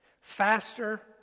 faster